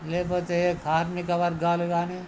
లేకపోతే ఏ కార్మిక వర్గాలు కానీ